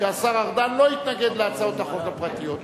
שהשר ארדן לא יתנגד להצעות החוק הפרטיות.